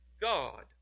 God